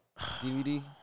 DVD